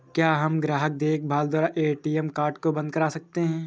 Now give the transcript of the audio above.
क्या हम ग्राहक देखभाल द्वारा ए.टी.एम कार्ड को बंद करा सकते हैं?